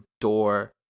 door